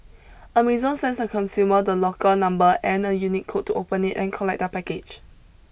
Amazon sends a customer the locker number and a unique code to open it and collect their package